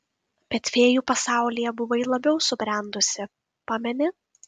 bet fėjų pasaulyje buvai labiau subrendusi pameni